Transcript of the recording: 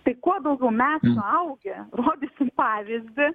tai kuo daugiau mes suaugę rodysim pavyzdį